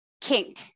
kink